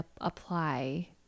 apply